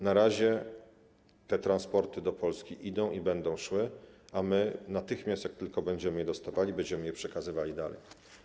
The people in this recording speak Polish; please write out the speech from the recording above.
Na razie te transporty do Polski idą i będą szły, a my natychmiast, jak tylko będziemy je otrzymywali, będziemy je przekazywali dalej.